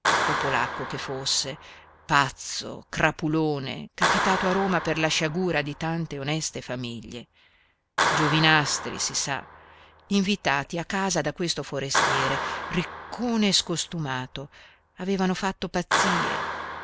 o polacco che fosse pazzo crapulone capitato a roma per la sciagura di tante oneste famiglie giovinastri si sa invitati a casa da questo forestiere riccone e scostumato avevano fatto pazzie